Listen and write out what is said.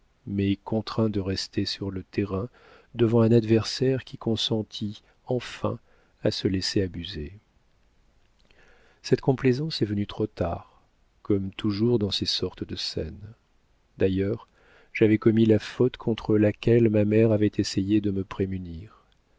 mais contraint de rester sur le terrain devant un adversaire qui consentit enfin à se laisser abuser cette complaisance est venue trop tard comme toujours dans ces sortes de scènes d'ailleurs j'avais commis la faute contre laquelle ma mère avait essayé de me prémunir